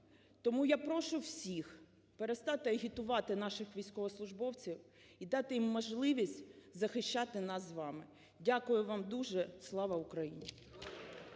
Тому я прошу всіх перестати агітувати наших військовослужбовців і дати їм можливість захищати нас з вами. Дякую вам дуже. Слава Україні.